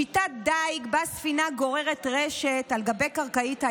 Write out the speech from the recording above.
שיטת דיג שבה ספינה גוררת רשת על גבי קרקעית הים,